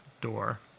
door